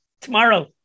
tomorrow